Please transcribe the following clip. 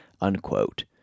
unquote